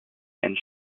and